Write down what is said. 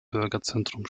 bürgerzentrum